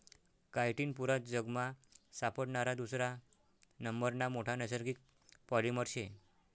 chitin पुरा जगमा सापडणारा दुसरा नंबरना मोठा नैसर्गिक पॉलिमर शे